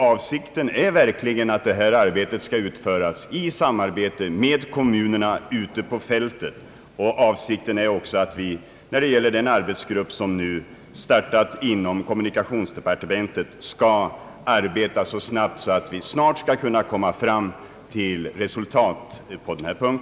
Avsikten är verkligen att detta arbete skall utföras i samarbete med kommunerna ute på fältet samt att den arbetsgrupp som har startat inom kommunikationsdepartementet skall arbeta så snabbt att vi snart skall kunna få fram resultat på denna punkt.